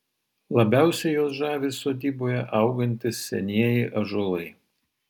labiausiai juos žavi sodyboje augantys senieji ąžuolai